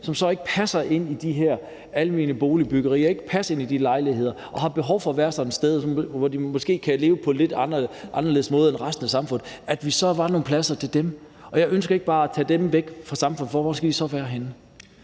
som så ikke passer ind i de her almene boligbyggerier og ikke passer ind i de lejligheder, og som har behov for at være sådan et sted, hvor de måske kan leve på en lidt anderledes måde end resten af samfundet. Jeg ønsker ikke bare at tage dem væk fra samfundet, for hvor skal de så være henne?